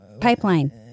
pipeline